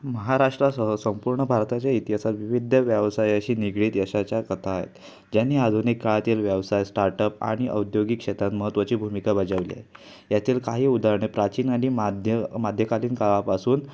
महाराष्ट्रासह संपूर्ण भारताच्या इतिहासात विविध व्यवसायाशी निगडीत यशाच्या कथा आहेत ज्यांनी आधुनिक काळातील व्यवसाय स्टार्ट अप आणि औद्योगिक क्षेत्रात महत्त्वाची भूमिका बजावली आहे यातील काही उदाहरणे प्राचीन आणि माध्य मध्यकालीन काळापासून